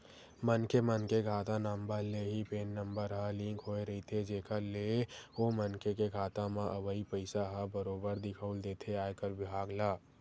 मनखे मन के खाता नंबर ले ही पेन नंबर ह लिंक होय रहिथे जेखर ले ओ मनखे के खाता म अवई पइसा ह बरोबर दिखउल देथे आयकर बिभाग ल